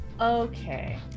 Okay